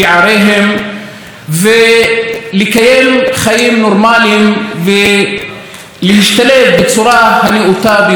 לקיים חיים נורמליים ולהשתלב בצורה הנאותה ביותר בחברה הישראלית.